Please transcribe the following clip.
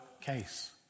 case